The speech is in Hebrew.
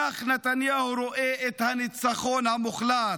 כך נתניהו רואה את הניצחון המוחלט.